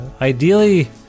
ideally